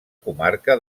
comarca